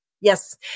Yes